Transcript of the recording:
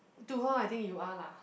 to her I think you are lah